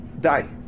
die